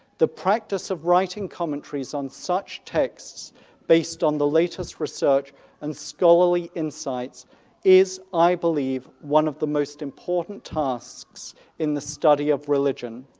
the practice of writing commentaries on such texts based on the latest research and scholarly insights is i believe one of the most important tasks in the study of religion.